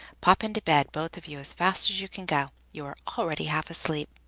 pop into bed, both of you, as fast as you can go. you are already half asleep!